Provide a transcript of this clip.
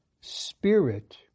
spirit